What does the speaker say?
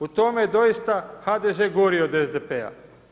U tome je doista HDZ gori od SDP-a.